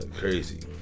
crazy